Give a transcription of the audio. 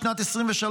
בשנת 2023,